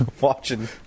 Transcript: watching